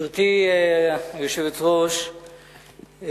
גברתי היושבת-ראש,